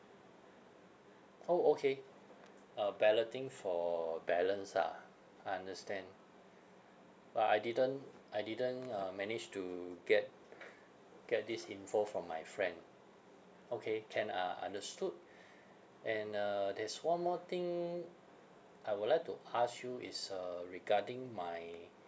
orh okay a balloting for balance ah understand uh I didn't I didn't uh manage to get get this info from my friend okay can uh understood and uh there's one more thing I would like to ask you is uh regarding my